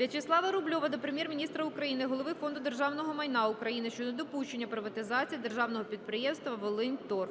Вячеслава Рубльова до Прем'єр-міністра України, голови Фонду державного майна України щодо недопущення приватизації державного підприємства "Волиньторф".